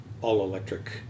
all-electric